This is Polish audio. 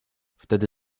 wtedy